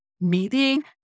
meeting